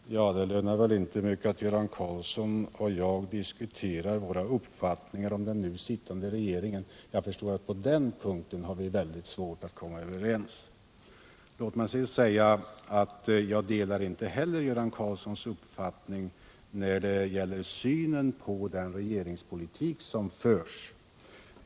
Herr talman! Det lönar väl inte mycket att Göran Karlsson och jag diskuterar våra uppfattningar om den nu sittande regeringen. Jag förstår att vi på den punkten har väldigt svårt att komma överens. Jag delar inte heller Göran Karlssons uppfattning om synen på den regeringspolitik som förs.